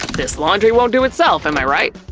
this laundry won't do itself, am i right?